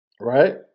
right